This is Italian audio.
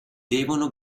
devono